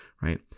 right